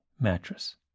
Mattress